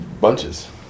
Bunches